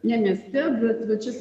ne mieste bet va čia